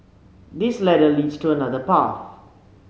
this ladder leads to another path